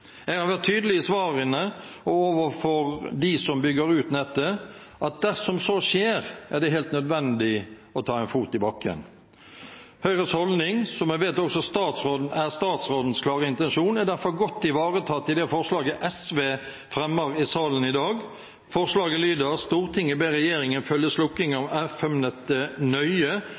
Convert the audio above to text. Jeg har vært tydelig i svarene og overfor de som bygger ut nettet, på at dersom så skjer, er det helt nødvendig å ta en fot i bakken. Høyres holdning, som jeg vet også er statsrådens klare intensjon, er derfor godt ivaretatt i det forslaget SV fremmer i salen i dag. Forslaget lyder: «Stortinget ber regjeringen følge slukkingen av FM-nettet nøye,